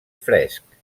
fresc